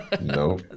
no